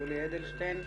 יולי אדלשטיין,